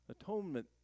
Atonement